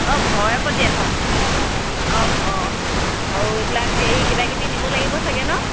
অঁ ঘৰে প্ৰতি এশ আৰু এইবিলাক হেৰি কিবাকিবি নিব লাগিব চাগে ন